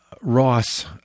Ross